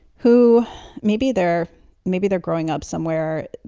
who maybe they're maybe they're growing up somewhere,